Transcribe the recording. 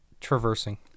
Traversing